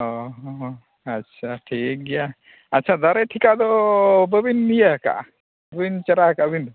ᱦᱮᱸ ᱦᱮᱸ ᱟᱪᱪᱷᱟ ᱴᱷᱤᱠ ᱜᱮᱭᱟ ᱟᱪᱪᱷᱟ ᱫᱟᱨᱮ ᱴᱷᱤᱠᱟᱜ ᱫᱚ ᱟᱫᱚ ᱵᱟᱹᱵᱤᱱ ᱤᱭᱟᱹ ᱠᱟᱜᱼᱟ ᱵᱟᱹᱵᱤᱱ ᱪᱟᱨᱟ ᱠᱟᱜᱼᱟ ᱟᱹᱵᱤᱱ ᱫᱚ